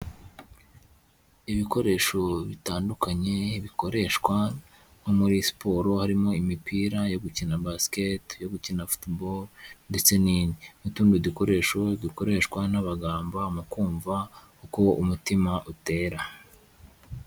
Ibikoresho, bitandukanye, bikoreshwa, nko muri siporo, harimo imipira, yo gukina basikete, yo gukina futuboro, ndetse n'indi. N'utundi dukoresho, dukoreshwa n'abaganga, mu kumva, uko umutima utera.